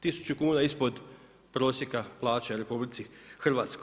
1000 kuna ispod prosjeka plaće u RH.